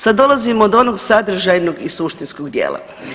Sad dolazimo do onog sadržajnog i suštinskog dijela.